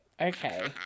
okay